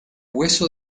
hueso